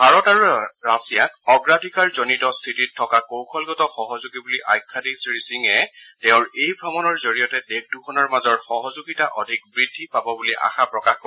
ভাৰত আৰু ৰাছিয়াক অগ্ৰাধিকাৰজনিত স্থিতিত থকা কৌশলগত সহযোগী বুলি আখ্যা দি শ্ৰীসিঙে তেওঁৰ এই ভ্ৰমণৰ জৰিয়তে দেশ দুখনৰ মাজৰ সহযোগিতা অধিক বৃদ্ধি পাব বুলি আশা প্ৰকাশ কৰে